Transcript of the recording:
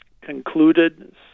concluded